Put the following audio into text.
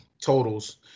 totals